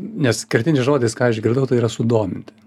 nes kertinis žodis ką išgirdau tai yra sudominti